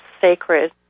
sacred